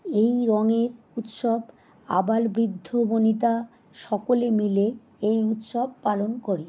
এই রঙের উৎসব আবালবৃদ্ধবনিতা সকলে মিলে এই উৎসব পালন করি